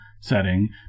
setting